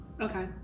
Okay